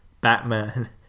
Batman